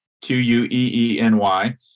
Q-U-E-E-N-Y